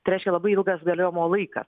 tai reiškia labai ilgas galiojimo laikas